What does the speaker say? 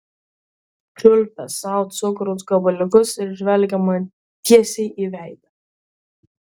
čiulpė sau cukraus gabaliukus ir žvelgė man tiesiai į veidą